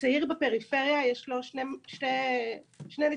הצעיר בפריפריה יש לו שני נתיבים: